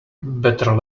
better